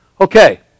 okay